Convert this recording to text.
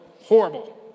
horrible